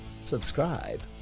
subscribe